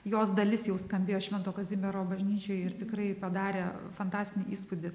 jos dalis jau skambėjo švento kazimiero bažnyčioj ir tikrai padarė fantastinį įspūdį